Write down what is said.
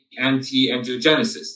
anti-angiogenesis